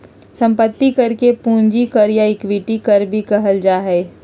संपत्ति कर के पूंजी कर या इक्विटी कर भी कहल जा हइ